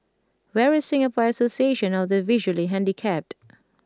where is Singapore Association of the Visually Handicapped